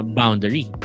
boundary